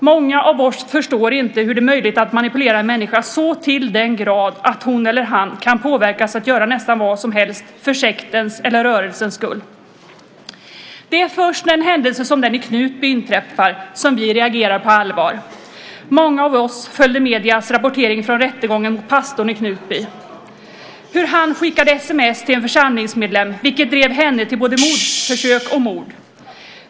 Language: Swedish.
Många av oss förstår inte hur det är möjligt att manipulera en människa så till den grad att hon eller han kan påverkas att göra nästan vad som helst för sektens eller rörelsens skull. Det är först när en händelse som den i Knutby inträffar som vi reagerar på allvar. Många av oss följde mediernas rapportering från rättegången med pastorn i Knutby om hur han skickade sms till en församlingsmedlem, vilket drev henne till både mordförsök och mord.